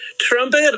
Trumpet